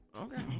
Okay